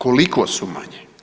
Koliko su manje?